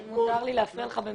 אם מותר לי להפריע לך במשפט,